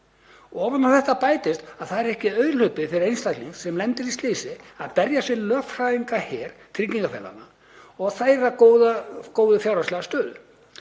Ofan á þetta bætist að það er ekki auðhlaupið fyrir einstakling sem lendir í slysi að berjast við lögfræðingaher tryggingafélaganna og þeirra góðu fjárhagslegu stöðu.